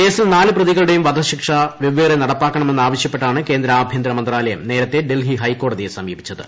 കേസിൽ നാല് പ്രതികളുടെയും വധശിക്ഷ വെവ്വേറെ നടപ്പാക്കണെന്നാവശ്യപ്പെട്ടാണ് കേന്ദ്രആഭ്യന്തരമന്ത്രാലയം നേരത്തെ ഡൽഹി ഹൈക്കോടതിയെ സമീപിച്ചത്